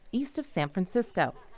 east of san francisco.